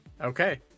Okay